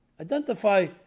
Identify